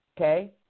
Okay